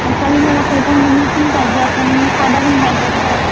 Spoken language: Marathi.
काही मला पैठणमधून पण पाहिजे आहेत आणि साध्या पण पाहिजे आहेत सर